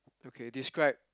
okay describe